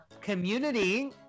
community